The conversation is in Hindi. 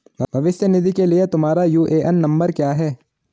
भविष्य निधि के लिए तुम्हारा यू.ए.एन नंबर क्या है?